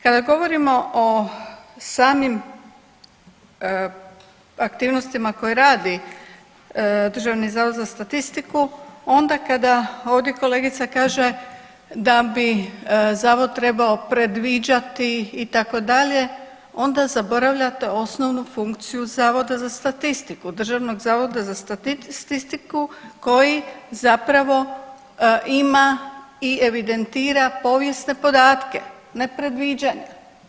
Kada govorimo o samim aktivnostima koje radi Državni zavod za statistiku, onda kada ovdje kolegica kaže da bi zavod trebao predviđati itd. onda zaboravljate osnovnu funkciju Zavoda za statistiku, Državnog zavoda za statistiku koji zapravo ima i evidentira povijesne podatke, ne predviđanja.